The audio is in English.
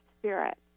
spirit